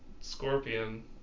scorpion